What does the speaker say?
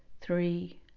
three